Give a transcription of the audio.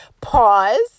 pause